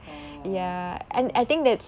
oh so